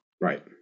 Right